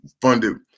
funded